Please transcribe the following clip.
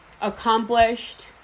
accomplished